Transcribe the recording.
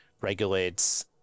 regulates